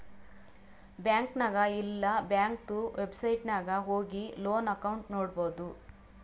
bank ನಾಗ್ ಇಲ್ಲಾ ಬ್ಯಾಂಕ್ದು ವೆಬ್ಸೈಟ್ ನಾಗ್ ಹೋಗಿ ಲೋನ್ ಅಕೌಂಟ್ ನೋಡ್ಬೋದು